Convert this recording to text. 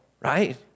right